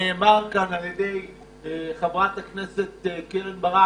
נאמר כאן על ידי חברת הכנסת ברק,